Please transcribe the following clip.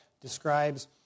describes